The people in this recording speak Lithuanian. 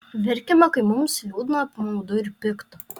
verkiame kai mums liūdna apmaudu ir pikta